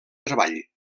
treball